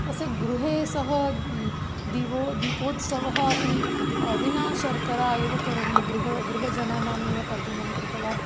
तस्य गृहे सः दीवो दीपोत्सवः अपि विना शर्कराम् एव करोमि गृहे गृहजनानामेव तर्जनं कृतवान्